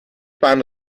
bahn